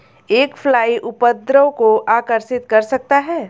एक फ्लाई उपद्रव को आकर्षित कर सकता है?